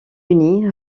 uni